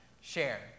share